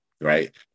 right